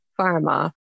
pharma